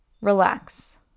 relax